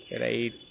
right